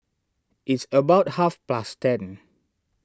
its about half past ten